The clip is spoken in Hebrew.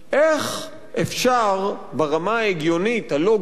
איך אפשר ברמה ההגיונית, הלוגית,